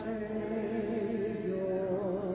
Savior